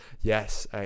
Yes